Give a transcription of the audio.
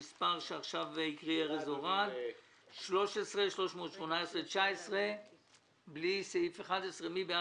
למעט סעיף 11 ברשימה מספר 13-318-19. לא היה